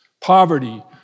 poverty